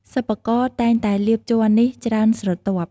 សិប្បករ តែងតែលាបជ័រនេះច្រើនស្រទាប់។